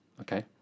Okay